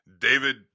David